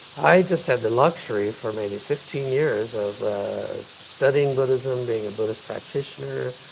i just had the luxury for maybe fifteen years of ah studying buddhism, being a buddhist practitioner.